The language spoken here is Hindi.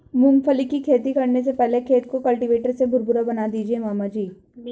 मूंगफली की खेती करने से पहले खेत को कल्टीवेटर से भुरभुरा बना दीजिए मामा जी